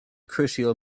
crucial